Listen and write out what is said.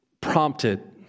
prompted